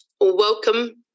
Welcome